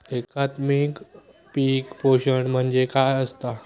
एकात्मिक पीक पोषण म्हणजे काय असतां?